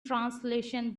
translation